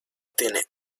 tiene